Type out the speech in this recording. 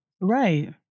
Right